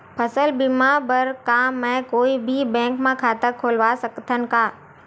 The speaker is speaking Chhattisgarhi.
फसल बीमा बर का मैं कोई भी बैंक म खाता खोलवा सकथन का?